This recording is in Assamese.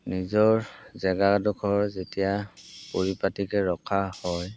নিজৰ জেগাডোখৰ যেতিয়া পৰিপাটিকৈ ৰখা হয়